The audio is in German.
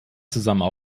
zusammen